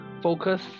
focus